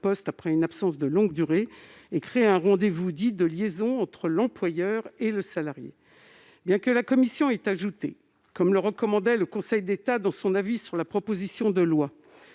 après une absence de longue durée et crée un rendez-vous dit de liaison entre l'employeur et le salarié. Bien que la commission ait ajouté, comme le recommandait le Conseil d'État dans son avis sur la proposition de loi,